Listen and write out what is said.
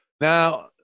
now